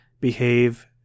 behave